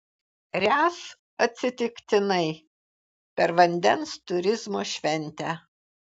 ręs atsitiktinai per vandens turizmo šventę